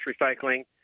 Recycling